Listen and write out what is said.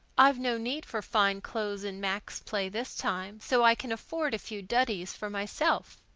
i've no need for fine clothes in mac's play this time, so i can afford a few duddies for myself.